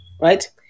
Right